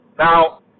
Now